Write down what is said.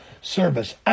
service